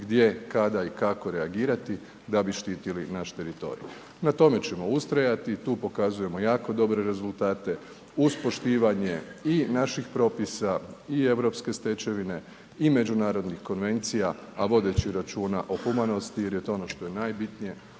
gdje, kada i kako reagirati da bi štitili naš teritorij. Na tome ćemo ustrajati i tu pokazujemo jako dobre rezultate, uz poštivanje naših propisa i europske stečevine i međunarodnih konvencija, a vodeći računa o humanosti jer je to ono što je najbitnije